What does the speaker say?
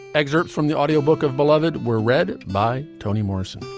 excerpt from the audiobook of beloved were read by toni morrison